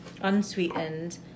Unsweetened